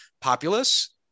populace